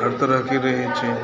हर तरहके रहैत छै